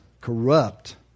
corrupt